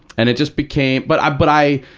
and it just became but i, but i,